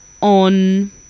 on